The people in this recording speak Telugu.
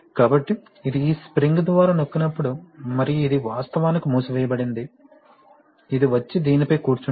కాబట్టి ఇది ఈ స్ప్రింగ్ ద్వారా నొక్కినప్పుడు మరియు ఇది వాస్తవానికి మూసివేయబడింది ఇది వచ్చి దీనిపై కూర్చుంటుంది